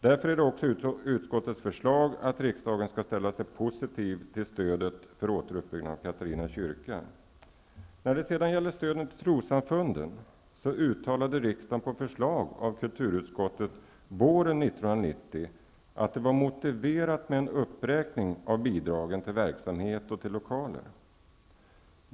Därför föreslår också utskottet att riksdagen skall ställa sig positiv till stödet för återuppbyggnaden av När det sedan gäller stöden till trossamfunden uttalade riksdagen på förslag av kulturutskottet våren 1990 att det var motiverat med en uppräkning av bidragen till verksamhet och lokaler.